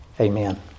Amen